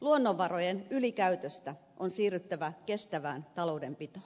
luonnonvarojen ylikäytöstä on siirryttävä kestävään taloudenpitoon